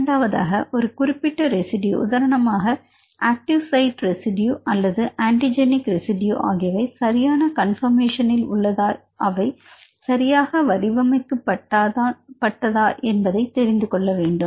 இரண்டாவதாக ஒரு குறிப்பிட்ட ரெசிடியூ உதாரணமாக ஆக்டிவ் சைட் ரெசிடியூ அல்லது ஆன்ட்டி ஜெனிக் ரெசிடியூ ஆகியவை சரியான கன்பர்மேஷனல் உள்ளதா அவை சரியாக வடிவமைக்கப்பட்ட தான் என்பதை தெரிந்து கொள்ள வேண்டும்